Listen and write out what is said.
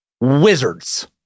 Wizards